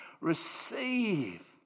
Receive